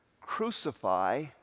crucify